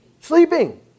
sleeping